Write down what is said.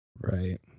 Right